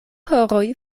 horoj